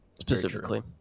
specifically